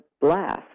blast